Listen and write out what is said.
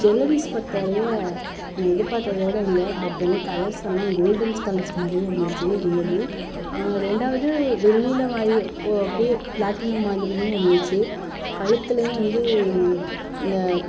jewelleries பொறுத்த வரைய நான் எதிர் பார்த்ததை விட இல்லை பட் வந்து கலர்ஸெல்லாம் கோல்டன் கலர்ஸ் மாதிரியே இருந்துச்சு ரியலி ரெண்டாவது வெள்ளியில மாதிரி ஓ அப்படே ப்ளாட்டினம் மாதிரியும் இருந்துச்சு கழுத்துலையும் வந்து இந்த